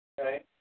Okay